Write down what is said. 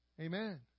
amen